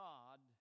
God